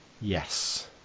yes